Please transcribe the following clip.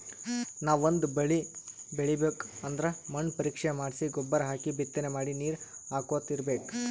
ನಾವ್ ಒಂದ್ ಬಳಿ ಬೆಳಿಬೇಕ್ ಅಂದ್ರ ಮಣ್ಣ್ ಪರೀಕ್ಷೆ ಮಾಡ್ಸಿ ಗೊಬ್ಬರ್ ಹಾಕಿ ಬಿತ್ತನೆ ಮಾಡಿ ನೀರ್ ಹಾಕೋತ್ ಇರ್ಬೆಕ್